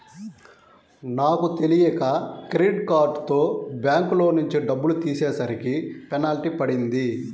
నాకు తెలియక క్రెడిట్ కార్డుతో బ్యాంకులోంచి డబ్బులు తీసేసరికి పెనాల్టీ పడింది